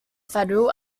federal